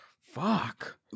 fuck